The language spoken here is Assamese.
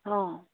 অঁ